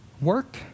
Work